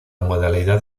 modalidad